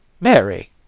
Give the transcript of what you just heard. Mary